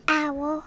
owl